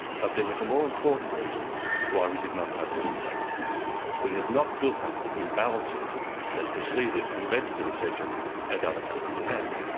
but there was a more important reason why we did not participate we had not built up the imbalances that preceded and led to the recession as other countries had.